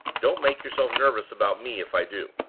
don't make yourself nervous about me if i do.